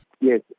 Yes